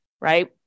right